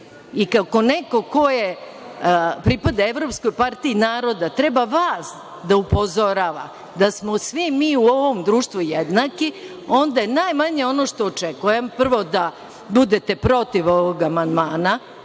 i kako neko ko pripada evropskoj partiji naroda treba vas da upozorava da smo svi mi u ovom društvu jednaki, onda je najmanje ono što očekujem, prvo, da budete protiv ovog amandmana,